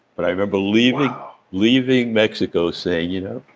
but i remember leaving leaving mexico saying you know,